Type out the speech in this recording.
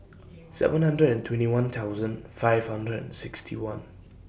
seven hundred and twenty one thousand five hundred and sixty one